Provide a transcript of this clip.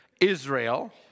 Israel